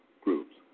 groups